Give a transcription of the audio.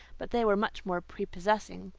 but they were much more prepossessing.